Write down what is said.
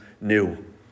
new